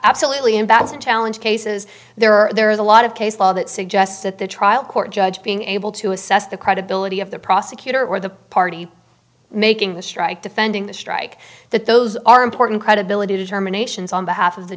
absolutely and that's the challenge cases there are there is a lot of case law that suggests that the trial court judge being able to assess the credibility of the prosecutor or the party making the strike defending the strike that those are important credibility determinations on behalf of the